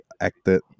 acted